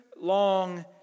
long